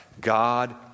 God